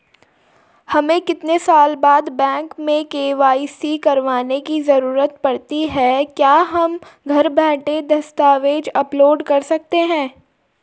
हमें कितने साल बाद बैंक में के.वाई.सी करवाने की जरूरत पड़ती है क्या हम घर बैठे दस्तावेज़ अपलोड कर सकते हैं?